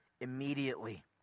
immediately